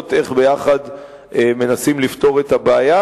ולראות ביחד איך מנסים לפתור את הבעיה,